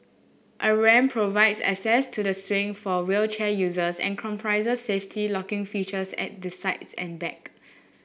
a ramp provides access to the swing for wheelchair users and comprises safety locking features at the sides and back